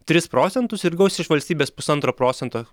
tris procentus ir gaus iš valstybės pusantro procento